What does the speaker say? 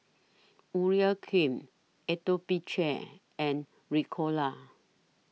Urea Cream Atopiclair and Ricola